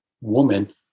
woman